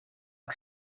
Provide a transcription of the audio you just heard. que